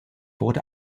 wurde